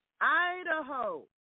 Idaho